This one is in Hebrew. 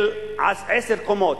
של עשר קומות,